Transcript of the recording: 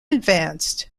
advanced